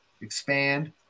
expand